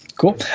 Cool